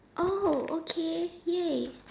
oh okay !yay!